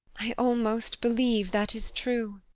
i almost believe that is true.